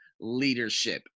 leadership